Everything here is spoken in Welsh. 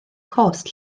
cost